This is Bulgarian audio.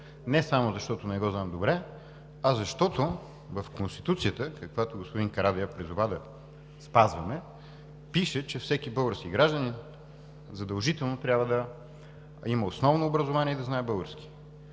не само защото не го знам добре, а защото в Конституцията, каквато господин Карадайъ призова да я спазваме, пише, че всеки български гражданин задължително трябва да има основно образование и да знае български.